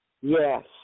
Yes